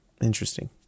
interesting